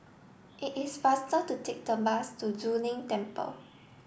it is faster to take the bus to Zu Lin Temple